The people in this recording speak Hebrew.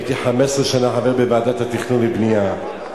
אני הייתי 15 שנה חבר בוועדת תכנון ובנייה,